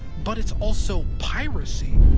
but it's also piracy,